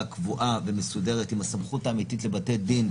קבועה ומסודרת עם הסמכות האמיתית לבתי הדין,